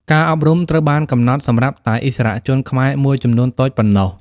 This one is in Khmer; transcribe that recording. ការអប់រំត្រូវបានកំណត់សម្រាប់តែឥស្សរជនខ្មែរមួយចំនួនតូចប៉ុណ្ណោះ។